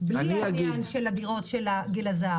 בלי עניין הדירות של גיל הזהב.